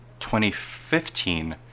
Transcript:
2015